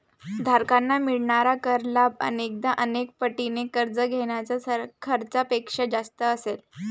धारकांना मिळणारा कर लाभ अनेकदा अनेक पटीने कर्ज घेण्याच्या खर्चापेक्षा जास्त असेल